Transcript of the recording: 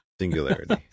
singularity